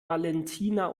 valentina